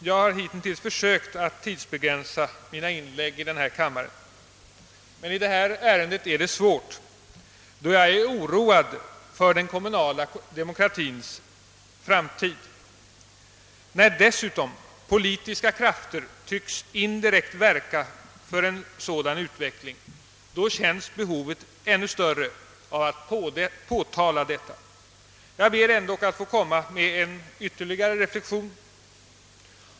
Jag har hittills försökt att tidsbegränsa mina inlägg i denna kammare, men i fråga om detta ärende är det svårt att göra det, då jag är oroad för den kommunala demokratiens framtid. När dessutom politiska krafter indirekt tycks verka för en sådan utveckling, känns behovet av att påtala än större. Jag ber att få göra ytterligare en reflexion.